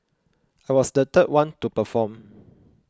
I was the third one to perform